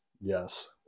Yes